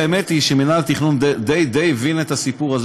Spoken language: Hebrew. האמת היא שמינהל התכנון די הבין את הסיפור הזה,